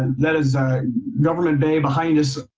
and that is government bay behind us.